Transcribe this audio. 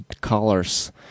colors